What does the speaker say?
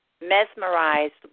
mesmerized